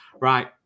Right